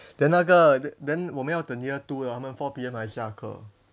then 那个 then then 我们要等 year two 他们 four P_M 才下课